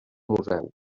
museu